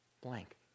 blank